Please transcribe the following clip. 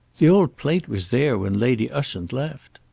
the old plate was there when lady ushant left.